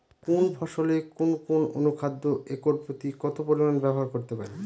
কোন ফসলে কোন কোন অনুখাদ্য একর প্রতি কত পরিমান ব্যবহার করতে পারি?